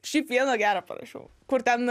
šiaip vieną gerą parašau kur ten